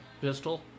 pistol